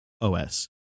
OS